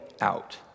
out